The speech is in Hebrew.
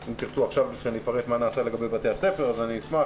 אם תרצו שאפרט מה נעשה בבתי הספר, אשמח.